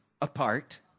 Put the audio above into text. apart